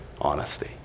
honesty